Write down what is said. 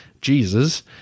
Jesus